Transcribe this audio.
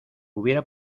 hubiera